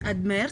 עד מרץ?